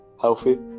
Healthy